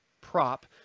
prop